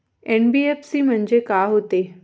NBFC म्हणजे का होते?